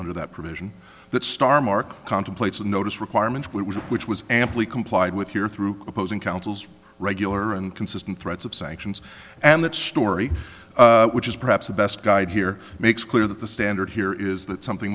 under that provision that star mark contemplates a notice requirement which was amply complied with here through opposing counsel's regular and consistent threats of sanctions and that story which is perhaps the best guide here makes clear that the standard here is that something